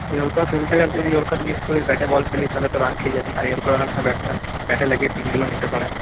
yorker খেলতে গিয়ে যদি ইয়র্কার মিস করিস ব্যাটে বল খেলিস তাহলে তো রান খেয়ে যাবি আর ইয়র্কার অনেক সময় ব্যাটসম্যান ব্যাটে লাগিয়ে সিঙ্গেলও নিতে পারে